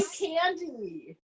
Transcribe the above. Candy